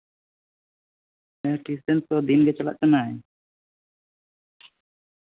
tuition ᱛᱚ ᱫᱤᱱᱜᱮ ᱪᱟᱞᱟᱜ ᱠᱟᱱᱟᱭ